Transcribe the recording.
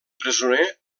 presoner